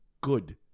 good